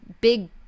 big